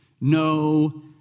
no